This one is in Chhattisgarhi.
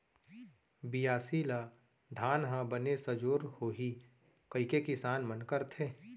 बियासी ल धान ह बने सजोर होही कइके किसान मन करथे